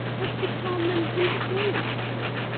has become an interference to it.